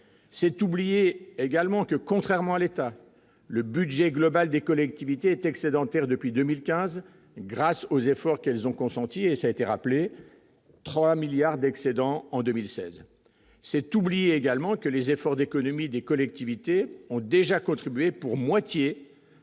c'est oublier également que contrairement à l'État, le budget global des collectivités est excédentaire depuis 2015, grâce aux efforts qu'elles ont consentis et ça a été rappelé 3 milliards d'excédent en 2016, c'est oublier également que les efforts d'économie des collectivités ont déjà contribué pour moitié